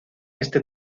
este